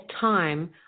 time